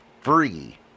free